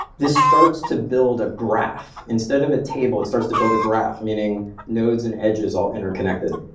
this starts to build a graph instead of a table. it starts to build a graph, meaning nodes and edges all interconnected.